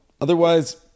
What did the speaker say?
Otherwise